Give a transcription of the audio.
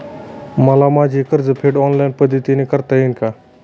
मला माझे कर्जफेड ऑनलाइन पद्धतीने करता येईल का?